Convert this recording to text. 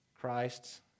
Christ